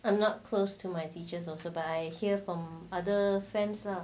I'm not close to my teachers also survive here from other fans leh